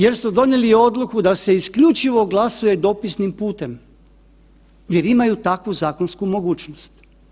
Jer su donijeli odluku da se isključivo glasuje dopisnim putem jer imaju takvu zakonsku mogućnost.